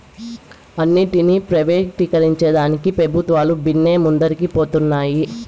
అన్నింటినీ ప్రైవేటీకరించేదానికి పెబుత్వాలు బిన్నే ముందరికి పోతన్నాయి